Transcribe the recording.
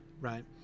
right